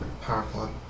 powerful